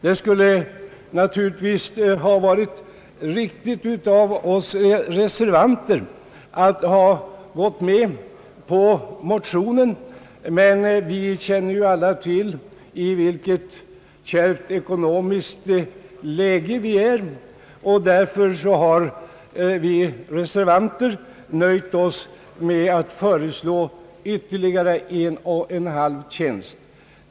Det skulle naturligtvis ha varit riktigt av oss reservanter att ha tillstyrkt motionerna, men vi känner ju alla till vilket kärvt ekonomiskt läge vi har. Därför har reservanterna nöjt sig med att föreslå ytterligare en och en halv tjänst.